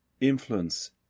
influence